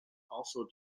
also